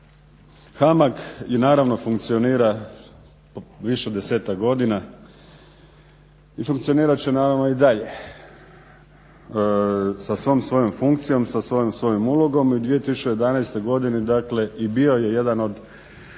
HAMAG naravno funkcionira više od desetak godina i funkcionirat će naravno i dalje sa svom svojom funkcijom, sa svojom ulogom u 2011. godini dakle i bio je jedan od